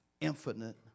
infinite